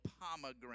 pomegranate